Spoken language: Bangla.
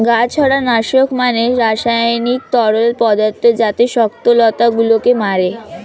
গাছড়া নাশক মানে রাসায়নিক তরল পদার্থ যাতে শক্ত লতা গুলোকে মারে